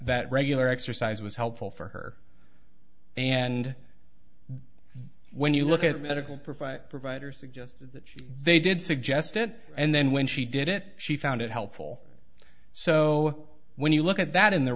that regular exercise was helpful for her and when you look at medical provider providers suggest that they did suggest it and then when she did it she found it helpful so when you look at that in the